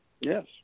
Yes